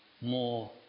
more